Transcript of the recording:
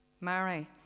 Marry